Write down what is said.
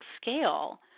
scale